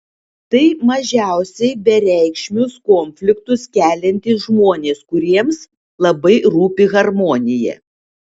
tai mažiausiai bereikšmius konfliktus keliantys žmonės kuriems labai rūpi harmonija